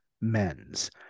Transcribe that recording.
men's